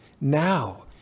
Now